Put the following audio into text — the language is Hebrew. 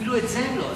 אפילו את זה הם לא עשו.